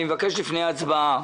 לפני ההצבעה,